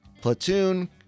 platoon